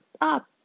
up